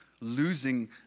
losing